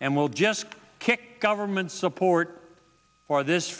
and will just kick government support for this